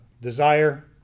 desire